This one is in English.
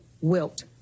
Wilt